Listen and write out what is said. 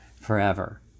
forever